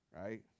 right